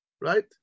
right